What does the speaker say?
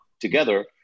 together